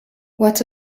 what